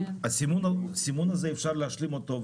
את הסימון הזה אפשר להשלים אותו.